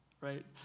right